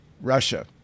Russia